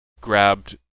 grabbed